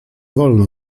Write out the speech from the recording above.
wolno